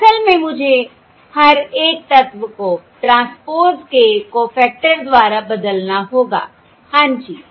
असल में मुझे हर एक तत्व को ट्रांसपोज़ के कॊफैक्टर द्वारा बदलना होगा हाँ जी